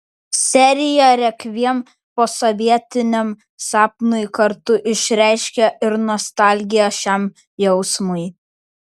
serija rekviem posovietiniam sapnui kartu išreiškia ir nostalgiją šiam jausmui